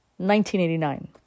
1989